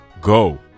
go